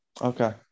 Okay